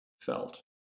felt